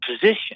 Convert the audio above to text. position